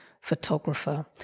photographer